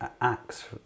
Acts